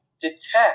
detect